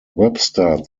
webster